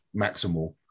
maximal